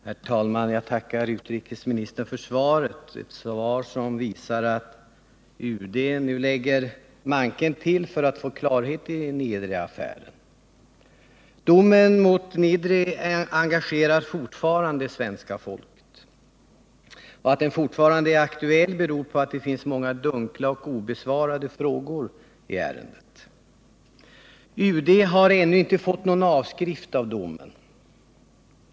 Herr talman! Jag tackar utrikesministern för svaret, ett svar som visar att UD nu lägger manken till för att få klarhet i Niedreaffären. Domen mot Niedre engagerar fortfarande svenska folket, och att den fortfarande är aktuell beror på att det finns många dunkla och obesvarade frågor i ärendet. UD har ännu inte fått någon avskrift av domen.